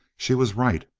she was right!